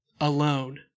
Alone